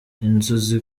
inzu